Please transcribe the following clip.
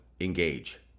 engage